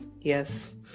Yes